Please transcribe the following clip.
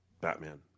Batman